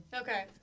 Okay